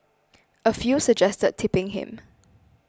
a few suggested tipping him